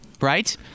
right